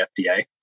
FDA